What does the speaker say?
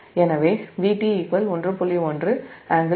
எனவே Vt 1